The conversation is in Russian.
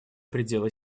пределы